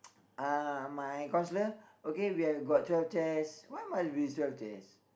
uh my counsellor okay we've got twelve chairs why must be twelve chairs